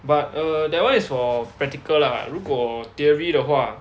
but err that one is for practical lah 如果 theory 的话